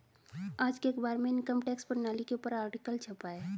आज के अखबार में इनकम टैक्स प्रणाली के ऊपर आर्टिकल छपा है